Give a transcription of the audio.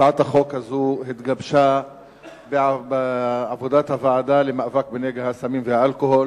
הצעת החוק הזאת התגבשה בעבודת הוועדה למאבק בנגע הסמים והאלכוהול,